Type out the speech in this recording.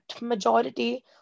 majority